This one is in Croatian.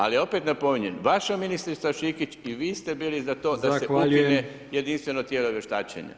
Ali, opet napominjem, vaša ministrica Šikić i vi ste bili za to da se ukine jedinstveno tijelo vještačenja.